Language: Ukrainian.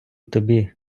тобі